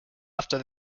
after